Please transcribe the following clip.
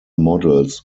models